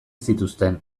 zituzten